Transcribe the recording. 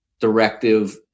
directive